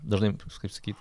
dažnai kaip sakyt